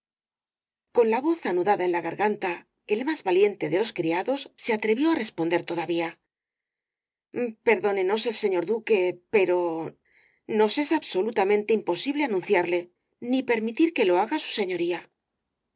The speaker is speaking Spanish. con la voz anudada en la garganta el más valiente de los criados se atrevió á responder todavía perdónenos el señor duque pero nos es absolutamente imposible anunciarle ni permitir que lo haga su señoría